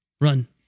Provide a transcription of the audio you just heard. run